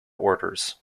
orders